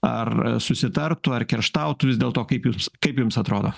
ar susitartų ar kerštautų vis dėlto kaip jūs kaip jums atrodo